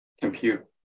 compute